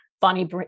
Bonnie